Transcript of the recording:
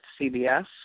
CBS